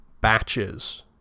batches